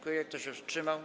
Kto się wstrzymał?